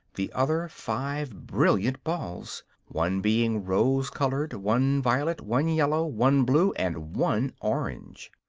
the other five brilliant balls one being rose colored, one violet, one yellow, one blue and one orange.